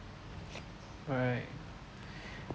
right